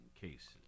cases